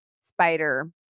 spider